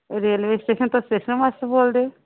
railway station ਤੋਂ station master ਬੋਲਦੇ